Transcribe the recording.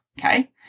Okay